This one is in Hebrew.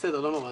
בסדר, לא נורא.